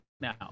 Now